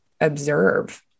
observe